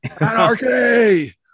Anarchy